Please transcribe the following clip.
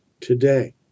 today